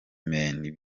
men